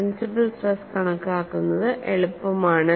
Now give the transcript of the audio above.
principal stress കണക്കാക്കുന്നത് എളുപ്പമാണ്